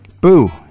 Boo